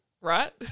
Right